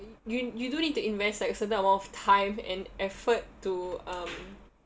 you you do need to invest like a certain amount of time and effort to um